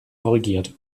korrigiert